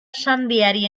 sandiari